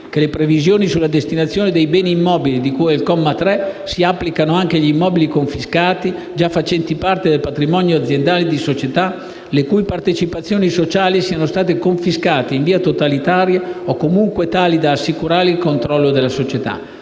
che le previsioni sulla destinazione dei beni immobili di cui al comma 3 si applicano anche gli immobili confiscati già facenti parte del patrimonio aziendale di società le cui partecipazioni sociali siano state confiscate in via totalitaria o comunque tali da assicurare il controllo della società.